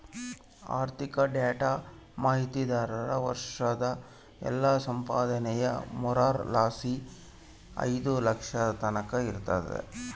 ಆರ್ಥಿಕ ಡೇಟಾ ಮಾಹಿತಿದಾರ್ರ ವರ್ಷುದ್ ಎಲ್ಲಾ ಸಂಪಾದನೇನಾ ಮೂರರ್ ಲಾಸಿ ಐದು ಲಕ್ಷದ್ ತಕನ ಇರ್ತತೆ